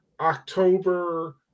October